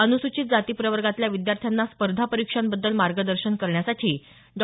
अनुसूचित जाती प्रवर्गातल्या विद्यार्थ्यांना स्पर्धा परीक्षांबद्दल मार्गदर्शन करण्यासाठी डॉ